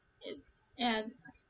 ya